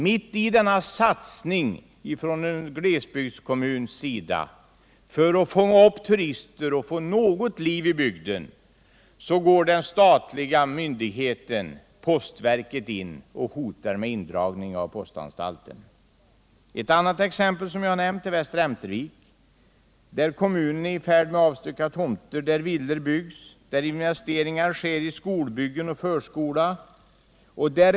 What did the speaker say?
Mitt i denna satsning från en glesbygdskommun för att fånga upp turister och få något liv i bygden går den statliga försämrad service på kommunika tionsområdet myndigheten postverket in och hotar med indragning av postanstalten. Ett annat exempel som jag har nämnt är Västra Ämtervik, där kommunen är i färd med att avstycka tomter, där villor byggs, där investeringar görs i skolbyggen och förskola.